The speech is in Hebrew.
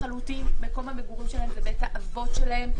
מקום המגורים שלהם זה בית האבות שלהם,